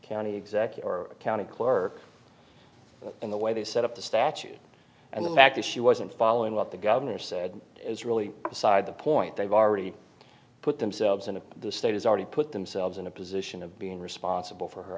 county executive or a county clerk in the way they set up the statute and the fact that she wasn't following what the governor said is really beside the point they've already put themselves into the state has already put themselves in a position of being responsible for her